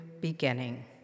beginning